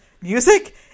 music